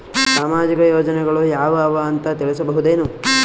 ಸಾಮಾಜಿಕ ಯೋಜನೆಗಳು ಯಾವ ಅವ ಅಂತ ತಿಳಸಬಹುದೇನು?